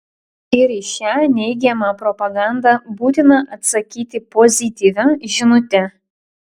ir į šią neigiamą propagandą būtina atsakyti pozityvia žinute